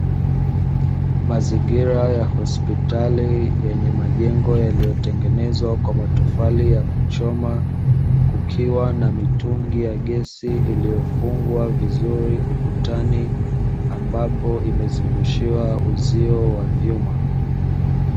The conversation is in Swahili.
Mazingira ya hospitali yenye majengo yaliyotengenezwa kwa matofali ya kuchoma, kukiwa na mitungi ya gesi iliyofungwa vizuri ukutani, ambapo imezungushiwa uzio wa vyuma.